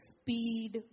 speed